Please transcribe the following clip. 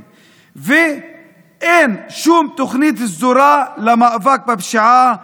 ואין שום תוכנית סדורה למאבק בפשיעה,